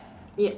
yup